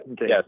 yes